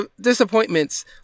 disappointments